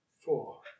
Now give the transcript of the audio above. Four